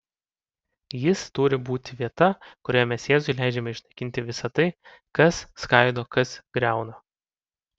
jis turi būti vieta kurioje mes jėzui leidžiame išnaikinti visa tai kas skaido kas griauna